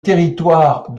territoire